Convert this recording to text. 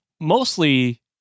mostly